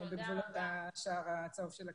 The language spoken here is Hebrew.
בגבולות השער הצהוב של הקיבוץ,